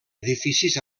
edificis